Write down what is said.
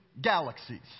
Galaxies